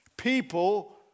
People